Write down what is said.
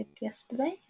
yesterday